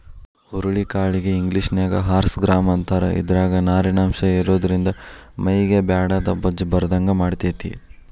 ಹುರುಳಿ ಕಾಳಿಗೆ ಇಂಗ್ಲೇಷನ್ಯಾಗ ಹಾರ್ಸ್ ಗ್ರಾಂ ಅಂತಾರ, ಇದ್ರಾಗ ನಾರಿನಂಶ ಇರೋದ್ರಿಂದ ಮೈಗೆ ಬ್ಯಾಡಾದ ಬೊಜ್ಜ ಬರದಂಗ ಮಾಡ್ತೆತಿ